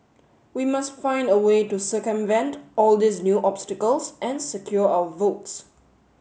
we must find a way to circumvent all these new obstacles and secure our votes